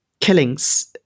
killings